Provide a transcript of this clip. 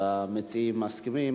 והמציעים מסכימים,